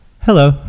Hello